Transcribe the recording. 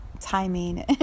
timing